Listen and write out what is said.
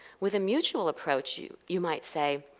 with a mutual approach, you you might say,